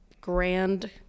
grand